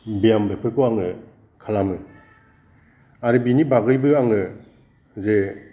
बियाम बेफोरखौ आङो खालामो आरो बिनि बागैबो आङो जे